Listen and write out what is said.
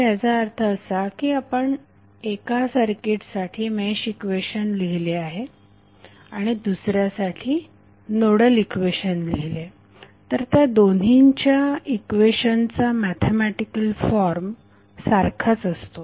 याचा अर्थ असा की जर आपण एका सर्किटसाठी मेश इक्वेशन लिहिले आणि दुसऱ्या सर्किटसाठी नोडल इक्वेशन लिहिले तर त्या दोन्हींच्या इक्वेशन्सचा मॅथेमॅटिकल फॉर्म सारखाच असतो